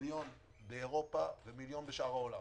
מיליון באירופה ומיליון בשאר העולם.